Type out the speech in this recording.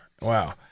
Wow